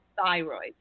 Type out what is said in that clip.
thyroid